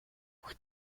what